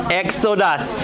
exodus